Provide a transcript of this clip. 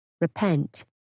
Repent